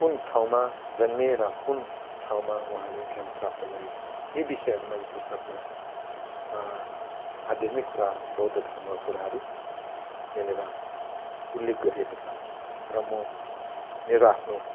कुन ठाउँमा जन्मिए र कुन ठाउँमा उहाँले ज्ञान प्राप्त गरे यी विषयहरूमा यो पुस्तकमा आध्यात्मिक कुराहरू बौद्ध धर्मको कुराहरू यहाँनिर उल्लेख गरिएको छ र म मेरो आफ्नो